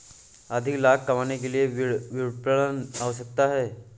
अधिक लाभ कमाने के लिए विपणन क्यो आवश्यक है?